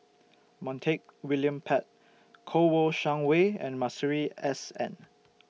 Montague William Pett Kouo Shang Wei and Masuri S N